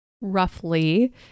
roughly